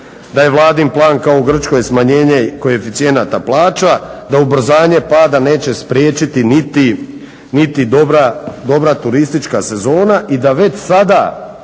da je Vladin plan kao u Grčkoj smanjenje koeficijenata plaća da ubrzanje pada neće spriječiti niti dobra turistička sezona i da već sada